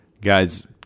guys